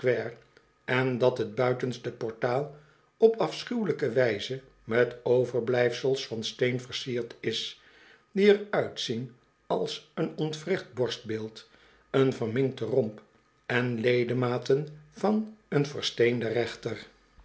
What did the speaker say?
en dat het buitenste portaal op afschuwelijke wijze met overblijfsels van steen versierd is die er uitzien als een ontwricht borstbeeld een verminkte romp en ledematen van een versteenden rechter